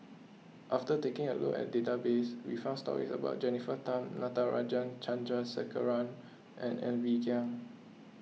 after taking a look at the database we found stories about Jennifer Tham Natarajan Chandrasekaran and Ng Bee Kia